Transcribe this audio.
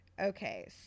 Okay